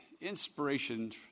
inspiration